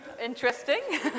Interesting